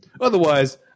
Otherwise